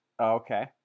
okay